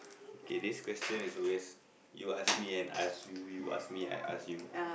kay this question is always you ask me and I ask you you ask me and I ask you